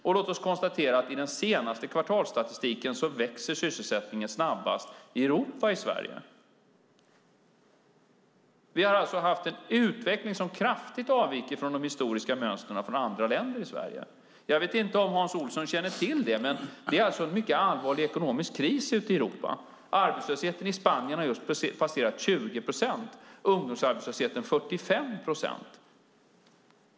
Låt oss också konstatera att i den senaste kvartalsstatistiken växer sysselsättningen i Sverige snabbast i Europa. Vi har alltså i Sverige haft en utveckling som kraftigt avviker från de historiska mönstren i andra länder. Jag vet inte om Hans Olsson känner till det, men det är alltså en mycket allvarlig ekonomisk kris ute i Europa. Arbetslösheten i Spanien har just passerat 20 procent och ungdomsarbetslösheten 45 procent.